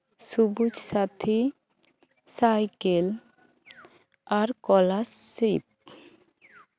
ᱥᱚᱵᱩᱡ Sathi cycle ᱟᱨ scholarship